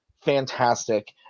Fantastic